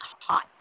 hot